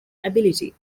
ability